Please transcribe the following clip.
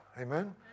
amen